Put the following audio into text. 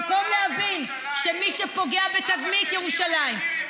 אתם מתביישים בירושלים במקום להבין שמי שפוגע בתדמית ירושלים,